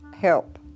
help